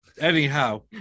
Anyhow